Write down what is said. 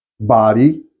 body